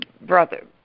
brother